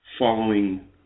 following